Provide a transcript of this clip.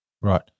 Right